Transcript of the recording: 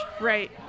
right